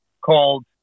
called